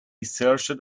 searched